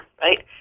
right